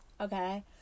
Okay